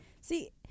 see